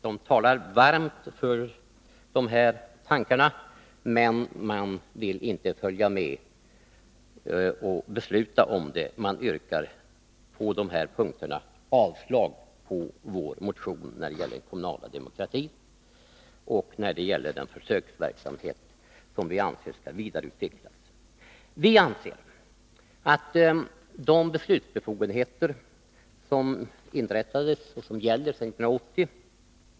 De talar varmt för de här tankarna, men de yrkar på de här punkterna avslag på vår motion om den kommunala demokratin och om den försöksverksamhet som vi anser bör vidareutvecklas. Lokala organ med beslutsbefogenheter har kunnat inrättats sedan 1980.